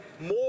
more